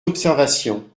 observations